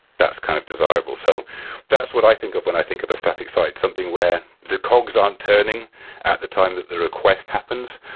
that's kind of desirable. so that's what i think of when i think of a static site. something where the cogs aren't turning at the time the request happens,